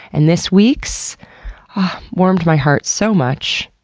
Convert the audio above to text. and this week's warmed my heart so much.